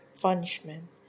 punishment